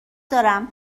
دارم